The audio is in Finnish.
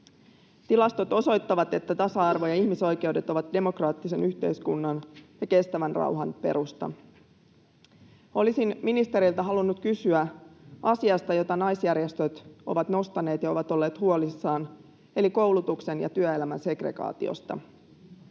Tilastot osoittavat, että tasa-arvo ja ihmisoikeudet ovat demokraattisen yhteiskunnan ja kestävän rauhan perusta. Olisin ministereiltä halunnut kysyä asiasta, jota naisjärjestöt ovat nostaneet ja josta ovat olleet huolissaan, eli koulutuksen ja työelämän segregaatiosta.